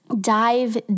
dive